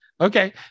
Okay